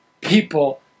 people